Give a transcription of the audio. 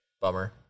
Bummer